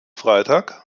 freitag